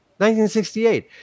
1968